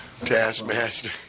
Taskmaster